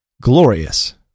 Glorious